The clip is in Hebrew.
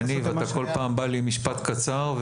יניב אתה כל פעם בא לי עם משפט קצר.